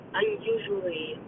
unusually